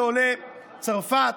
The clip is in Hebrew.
כעולה מצרפת